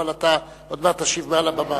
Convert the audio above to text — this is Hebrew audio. אבל עוד מעט תשיב מעל הבמה.